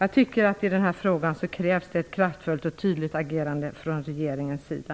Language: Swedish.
I denna fråga krävs alltså ett kraftfullt och tydligt agerande från regeringens sida.